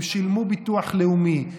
הם שילמו ביטוח לאומי,